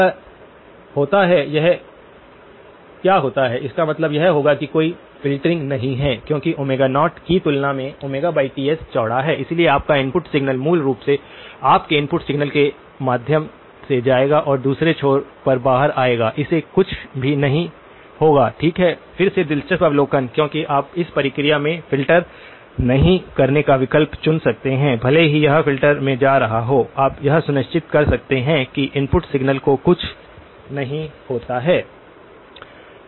अगर होता है यह क्या होता है इसका मतलब यह होगा कि कोई फ़िल्टरिंग नहीं है क्योंकि 0 की तुलना में Ts चौड़ा है इसलिए आपका इनपुट सिग्नल मूल रूप से आपके इनपुट सिग्नल के माध्यम से जाएगा और दूसरे छोर पर बाहर आएगा उसे कुछ भी नहीं होगा ठीक है फिर से दिलचस्प अवलोकन क्योंकि आप इस प्रक्रिया में फ़िल्टर नहीं करने का विकल्प चुन सकते हैं भले ही यह फ़िल्टर में जा रहा हो आप यह सुनिश्चित कर सकते हैं कि इनपुट सिग्नल को कुछ नहीं होता है